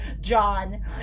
John